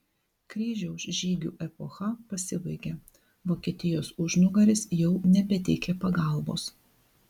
kryžiaus žygių epocha pasibaigė vokietijos užnugaris jau nebeteikė pagalbos